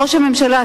ראש הממשלה,